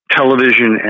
television